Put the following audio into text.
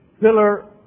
pillar